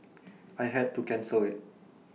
I had to cancel IT